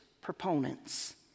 proponents